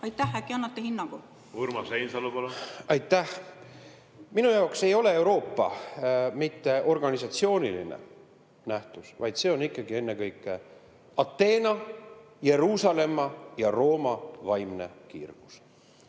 Urmas Reinsalu, palun! Urmas Reinsalu, palun! Aitäh! Minu jaoks ei ole Euroopa mitte organisatsiooniline nähtus, vaid see on ikkagi ennekõike Ateena, Jeruusalemma ja Rooma vaimne kiirgus.